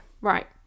right